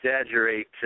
exaggerate